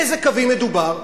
באיזה קווים מדובר?